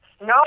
No